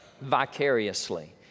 vicariously